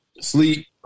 Sleep